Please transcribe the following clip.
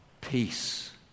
peace